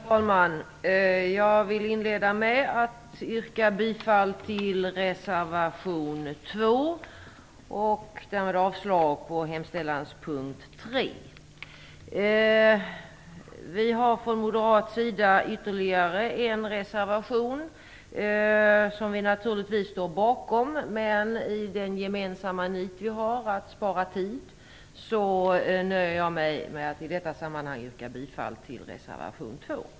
Herr talman! Jag vill inleda med att yrka bifall till reservation 2 och därmed avslag på hemställans punkt Vi har från moderat sida ytterligare en reservation, som vi naturligtvis står bakom. Men i den gemensamma nit vi har att spara tid nöjer jag mig med att i detta sammanhang yrka bifall till reservation 2.